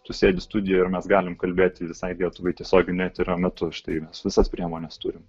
tu sėdi studijoj ir mes galim kalbėti visai lietuvai tiesioginio eterio metu štai visas priemones turim